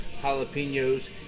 jalapenos